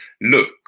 Look